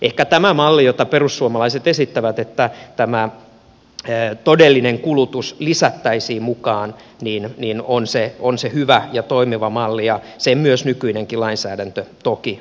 ehkä tämä malli jota perussuomalaiset esittävät että todellinen kulutus lisättäisiin mukaan on se hyvä ja toimiva malli ja sen myös nykyinenkin lainsäädäntö toki mahdollistaa